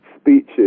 speeches